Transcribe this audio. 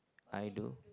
I do